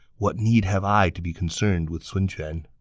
what need have i to be concerned with sun quan?